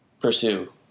pursue